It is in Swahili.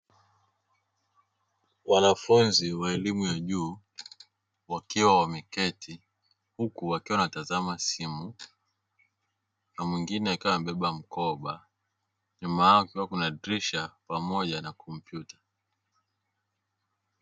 Wanafunzi wa elimu ya juu wakiwa wameketi huku wakiwa wanatazama simu na mwingine akiwa amebeba mkoba, nyuma yao kukiwa kuna dirisha pamoja na kompyuta.